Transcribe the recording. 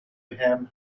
him